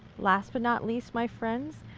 last but not least, my friends,